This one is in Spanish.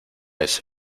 ese